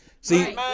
see